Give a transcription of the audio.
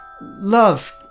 love